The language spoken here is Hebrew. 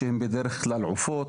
כלל עופות.